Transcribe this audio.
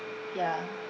yeah